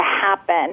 happen